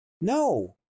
No